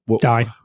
die